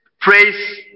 praise